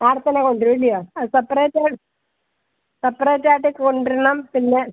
നാളെ തന്നെ കൊണ്ടു വരും അല്ലയോ ആ സെപ്പറേറ്റാണ് സെപ്പറേറ്റ് ആയിട്ട് കൊണ്ട് വരണം പിന്നെ